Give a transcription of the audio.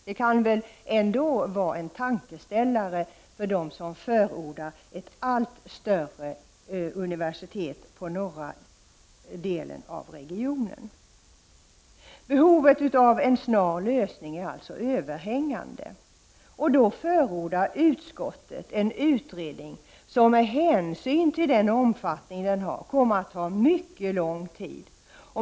Det borde ändå vara en tankeställare för dem som förordar ett allt större universitet i norra delen av regionen. Behovet av en snar lösning är överhängande. Då förordar utskottet en utredning som, med hänsyn till omfattningen, kommer att ta mycket lång tid.